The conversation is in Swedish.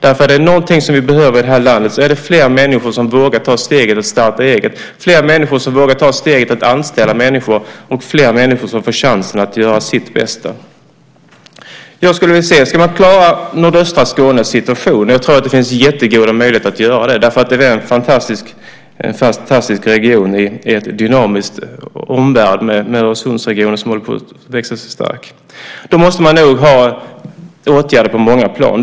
Är det någonting vi behöver i det här landet är det fler människor som vågar ta steget att starta eget, fler människor som vågar ta steget att anställa människor och fler människor som får chansen att göra sitt bästa. Ska man klara nordöstra Skånes situation - och jag tror att det finns jättegoda möjligheter att göra det, för det är en fantastisk region i en dynamisk omvärld med en Öresundsregion som håller på att växa sig stark - måste det till åtgärder på många plan.